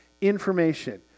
information